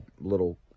little